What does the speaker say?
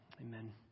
Amen